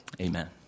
amen